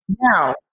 Now